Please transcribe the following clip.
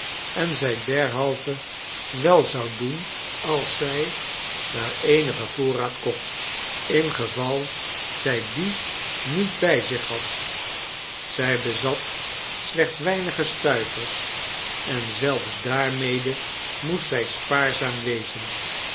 en zij derhalve wel zou doen als zij daar eenigen voorraad kocht in geval zij dien niet bij zich had zij bezat slechts weinige stuivers en zelfs daarmede moest zij spaarzaam wezen